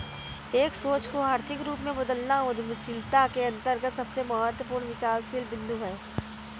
एक सोच को आर्थिक रूप में बदलना उद्यमशीलता के अंतर्गत सबसे महत्वपूर्ण विचारशील बिन्दु हैं